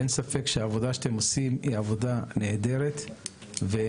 אין ספק שהעבודה שאתם עושים היא עבודה נהדרת שמנעה